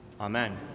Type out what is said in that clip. Amen